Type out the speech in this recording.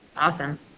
Awesome